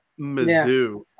Mizzou